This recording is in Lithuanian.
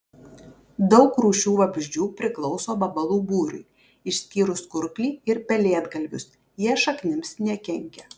daug rūšių vabzdžių priklauso vabalų būriui išskyrus kurklį ir pelėdgalvius jie šaknims nekenkia